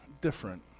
different